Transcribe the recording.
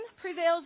prevails